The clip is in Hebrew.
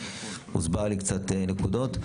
הוסבר לי קצת נקודות.